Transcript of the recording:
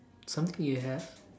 something you have